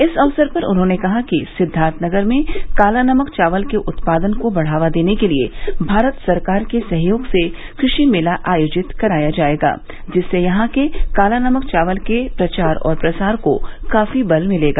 इस अवसर पर उन्होंने कहा कि सिद्वार्थ नगर में काला नमक चावल के उत्पादन को बढ़ावा देने के लिये भारत सरकार के सहयोग से कृषि मेला आयोजित कराया जायेगा जिससे यहां के काला नमक चावल के प्रचार और प्रसार को काफी बल मिलेगा